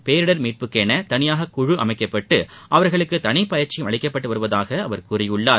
பேரிடர் மீட்புக்கென தனியாக குழு அமைக்கப்பட்டு அவர்களுக்கு தனிப்பயிற்சியும் அளிக்கப்பட்டு வருவதாக அவர் கூறியுள்ளார்